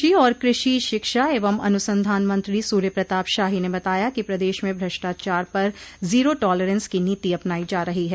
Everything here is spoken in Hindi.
कृषि और कृषि शिक्षा एवं अनुसंधान मंत्री सूर्य प्रताप शाही ने बताया कि प्रदेश में भ्रष्टाचार पर जीरो टॉलरेंस की नीति अपनाई जा रही है